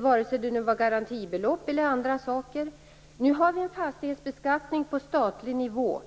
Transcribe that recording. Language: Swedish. vare sig det var fråga om garantibelopp eller det var fråga om andra saker. Nu har vi en fastighetsbeskattning på statlig nivå.